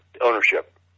ownership